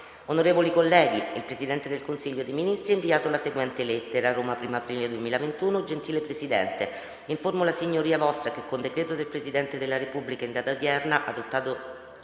Onorevoli colleghi, il Presidente del Consiglio dei ministri ha inviato la seguente lettera: «Roma, 1[o] aprile 2021 Gentile Presidente, informo la Signoria Vostra che con decreto del Presidente della Repubblica in data odierna, adottato